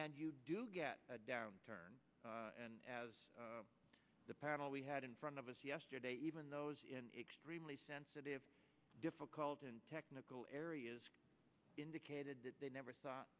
and you do get a downturn and as the panel we had in front of us yesterday even those in extremely sensitive difficult and technical areas indicated that they never thought